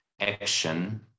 action